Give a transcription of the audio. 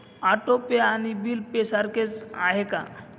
Auto pay आणि bill pay सारखेच आहे का?